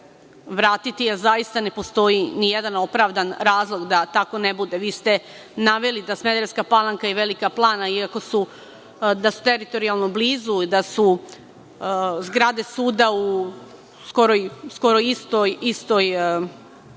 vratiti, a zaista ne postoji nijedan opravdan razlog da tako ne bude. Vi ste naveli da Smederevska Palanka i Velika Plana iako su teritorijalno blizu da su zgrade suda skoro u istom stupnju